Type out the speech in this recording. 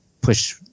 push